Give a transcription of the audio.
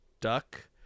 Duck